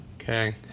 Okay